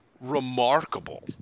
Remarkable